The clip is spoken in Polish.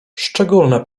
szczególne